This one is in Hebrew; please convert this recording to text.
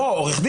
כלום?